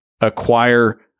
acquire